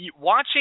watching